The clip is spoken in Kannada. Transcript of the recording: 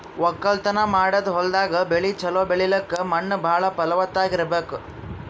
ವಕ್ಕಲತನ್ ಮಾಡದ್ ಹೊಲ್ದಾಗ ಬೆಳಿ ಛಲೋ ಬೆಳಿಲಕ್ಕ್ ಮಣ್ಣ್ ಭಾಳ್ ಫಲವತ್ತಾಗ್ ಇರ್ಬೆಕ್